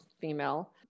female